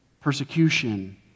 persecution